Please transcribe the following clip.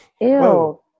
Ew